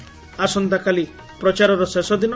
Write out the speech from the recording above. ଆସନ୍ତାକାଲି ପ୍ରଚାରର ଶେଷ ଦିନ